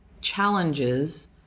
challenges